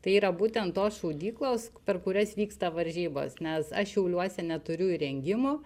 tai yra būtent tos šaudyklos per kurias vyksta varžybos nes aš šiauliuose neturiu įrengimų